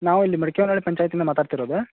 ನಾವು ಇಲ್ಲಿ ಮಡಿಕೆವ್ವನಳ್ಳಿ ಪಂಚಾಯ್ತಿಯಿಂದ ಮಾತಾಡ್ತಿರೋದು